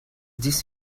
this